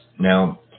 Now